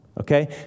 Okay